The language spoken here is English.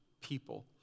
people